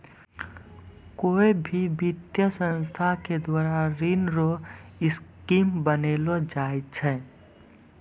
कोय भी वित्तीय संस्था के द्वारा ऋण रो स्कीम बनैलो जाय छै